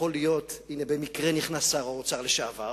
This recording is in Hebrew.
יכול להיות, הנה במקרה נכנס שר האוצר לשעבר,